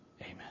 amen